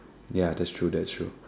ya that's true that's true